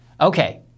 Okay